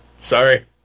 Sorry